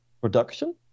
production